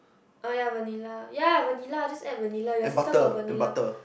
oh ya vanilla ya vanilla just add vanilla your sister got vanilla